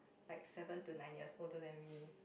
like seven to nine years older than me